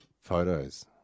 photos